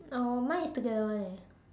no mine is together [one] eh